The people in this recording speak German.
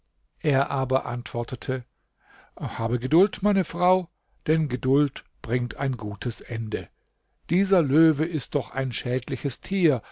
er aber antwortete habe geduld meine frau denn geduld bringt ein gutes ende dieser löwe ist doch ein schädliches tier